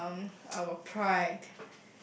um our pride